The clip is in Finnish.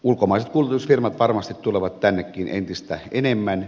ulkomaiset kuljetusfirmat varmasti tulevat tännekin entistä enemmän